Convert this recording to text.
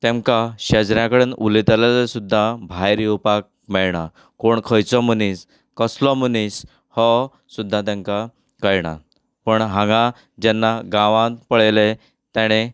तेमकां शेजाऱ्या कडेन उलयतले जाल्यार सुद्दां भायर येवपाक मेळना कोण खंयचो मनीस कसलो मनीस हो सुद्दां तांकां कळना पूण हांगा जेन्ना गांवांत पळयलें ताणें